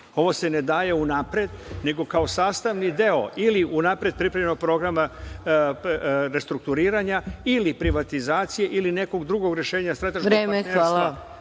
ovo se ne daje unapred, nego kao sastavni deo ili unapred pripremljenog programa restrukturiranja ili privatizacije ili nekog drugog rešenja strateškog, da bi se